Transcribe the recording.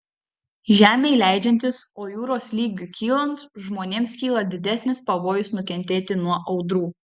žemei leidžiantis o jūros lygiui kylant žmonėms kyla didesnis pavojus nukentėti nuo audrų